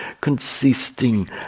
consisting